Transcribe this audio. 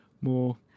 more